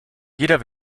jeder